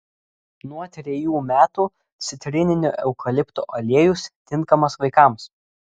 nuo trejų metų citrininio eukalipto aliejus tinkamas vaikams